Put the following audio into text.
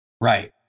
right